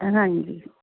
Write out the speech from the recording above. ਹਾਂਜੀ